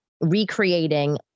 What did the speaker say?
recreating